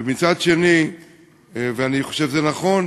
ואני חושב שזה נכון